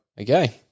Okay